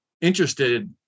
interested